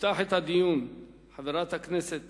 תפתח את הדיון חברת הכנסת